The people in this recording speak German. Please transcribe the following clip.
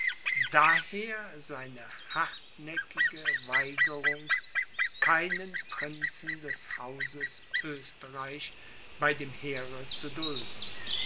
daher seine hartnäckige weigerung keinen prinzen des hauses oesterreich bei dem heere zu dulden